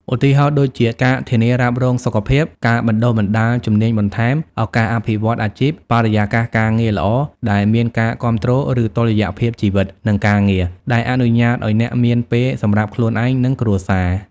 ឧទាហរណ៍ ដូចជា ការធានារ៉ាប់រងសុខភាព ការបណ្ដុះបណ្ដាលជំនាញបន្ថែម ឱកាសអភិវឌ្ឍន៍អាជីព បរិយាកាសការងារល្អ ដែលមានការគាំទ្រ ឬ តុល្យភាពជីវិត និងការងារ ដែលអនុញ្ញាតឲ្យអ្នកមានពេលសម្រាប់ខ្លួនឯង និងគ្រួសារ?